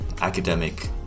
academic